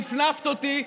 נפנפת אותי,